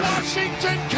Washington